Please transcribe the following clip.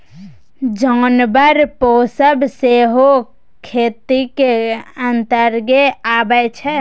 जानबर पोसब सेहो खेतीक अंतर्गते अबै छै